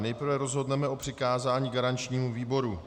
Nejprve rozhodneme o přikázání garančnímu výboru.